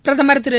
பிரதமா் திரு